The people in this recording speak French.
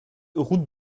route